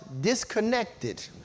disconnected